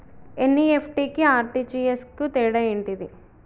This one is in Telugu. ఎన్.ఇ.ఎఫ్.టి కి ఆర్.టి.జి.ఎస్ కు తేడా ఏంటిది?